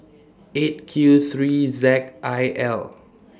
eight Q three Z I L